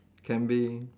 can be